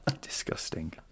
Disgusting